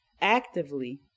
actively